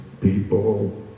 people